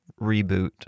reboot